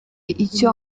icyo